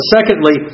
Secondly